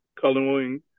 coloring